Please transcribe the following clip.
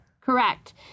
Correct